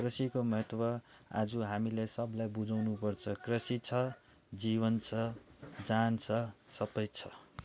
कृषिको महत्त्व आज हामीले सबलाई बुझाउनुपर्छ कृषि छ जीवन छ ज्यान छ सबै छ